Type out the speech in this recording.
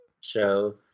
show